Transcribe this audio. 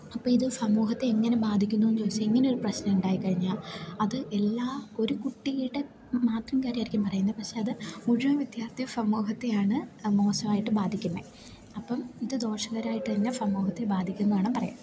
അപ്പം ഇത് സമൂഹത്തെ എങ്ങനെ ബാധിക്കുന്നുവെന്നു ചോദിച്ചാൽ ഇങ്ങനൊരു പ്രശ്നം ഉണ്ടായി കഴിഞ്ഞാൽ അത് എല്ലാ ഒരു കുട്ടിയുടെ മാത്രം കാര്യമായിരിക്കും പറയുന്നത് പക്ഷേ അത് മുഴുവൻ വിദ്യാർത്ഥി സമൂഹത്തെയാണ് മോശം ആയിട്ട് ബാധിക്കുന്നത് അപ്പം ഇത് ദോഷകരമായിട്ട് തന്നെ സമൂഹത്തെ ബാധിക്കുന്നെന്ന് വേണം പറയാന്